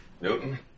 Newton